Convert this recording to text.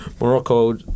Morocco